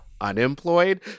unemployed